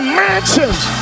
mansions